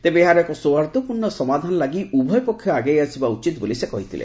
ତେବେ ଏହାର ଏକ ସୌହାର୍ଦ୍ଧ୍ୟପୂର୍ଣ୍ଣ ସମାଧାନ ଲାଗି ଉଭୟ ପକ୍ଷ ଆଗେଇ ଆସିବା ଉଚିତ ବୋଲି ସେ କହିଥିଲେ